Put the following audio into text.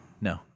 No